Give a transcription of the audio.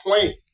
point